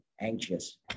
anxious